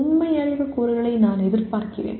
உண்மை அறிவு கூறுகளை நான் எதிர்பார்க்கிறேன்